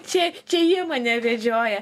čia čia jie mane vedžioja